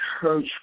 church